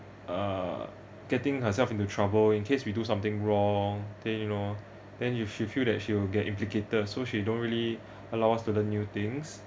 uh getting herself into trouble in case we do something wrong then you know then if she feels that she will get implicated so she don't really allow us to learn new things